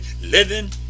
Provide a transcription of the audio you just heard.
living